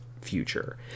future